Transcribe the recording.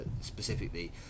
specifically